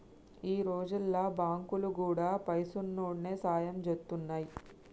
ఈ రోజుల్ల బాంకులు గూడా పైసున్నోడికే సాయం జేత్తున్నయ్